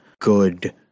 good